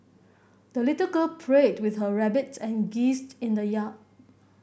the little girl played with her rabbit and geese in the yard